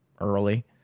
early